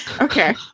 Okay